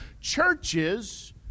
churches